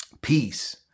peace